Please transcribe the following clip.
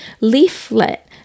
leaflet